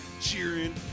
cheering